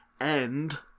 end